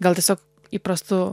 gal tiesiog įprastu